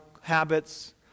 habits